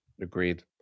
Agreed